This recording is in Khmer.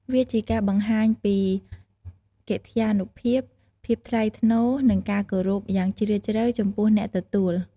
វាជាការបង្ហាញពី កិត្យានុភាព ភាពថ្លៃថ្នូរ និងការគោរព យ៉ាងជ្រាលជ្រៅចំពោះអ្នកទទួល។